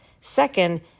Second